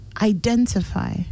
identify